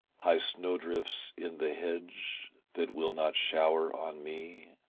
high snowdrifts in the hedge that will not shower on me.